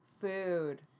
Food